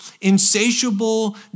insatiable